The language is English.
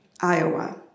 Iowa